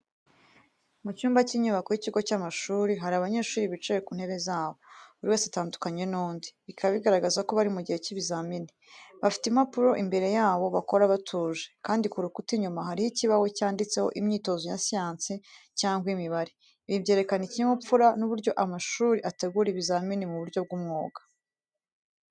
Mu cyumba cy’inyubako y’ikigo cy’amashuri hari abanyeshuri bicaye ku ntebe zabo, buri wese atandukanye n’undi, bikaba bigaragaza ko bari mu gihe cy'ikizamini. Bafite impapuro imbere yabo, bakora batuje, kandi ku rukuta inyuma hariho ikibaho cyanditseho imyitozo ya siyansi cyangwa imibare. Ibi byerekana ikinyabupfura n’uburyo amashuri ategura ibizamini mu buryo bw’umwuga.